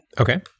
Okay